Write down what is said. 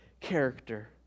character